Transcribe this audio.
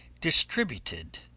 distributed